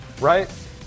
right